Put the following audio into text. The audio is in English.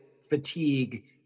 fatigue